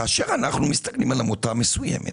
כאשר אנחנו מתבוננים על עמותה מסוימת,